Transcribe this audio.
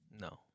no